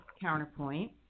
CounterPoint